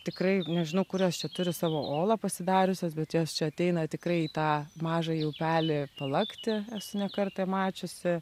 tikrai nežinau kur jos čia turi savo olą pasidariusios bet jos čia ateina tikrai į tą mažąjį upelį palakti esu ne kartą mačiusi